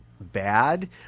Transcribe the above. bad